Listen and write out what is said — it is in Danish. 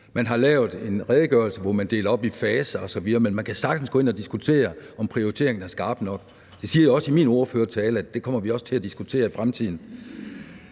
Man har lavet en redegørelse, hvor man deler det op i faser osv., men man kan sagtens gå ind og diskutere, om prioriteringen er skarp nok. Jeg siger jo også i min ordførertale, at det kommer vi også til at diskutere i fremtiden.